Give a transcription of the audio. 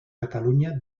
catalunya